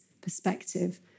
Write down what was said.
perspective